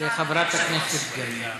לחברת הכנסת גרמן.